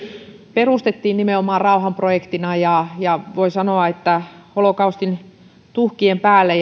perustettiin nimenomaan rauhanprojektina ja ja voi sanoa holokaustin tuhkien päälle